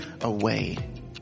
away